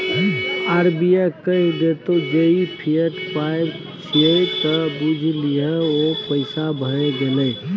RBI कहि देतौ जे ई फिएट पाय छियै त बुझि लही ओ पैसे भए गेलै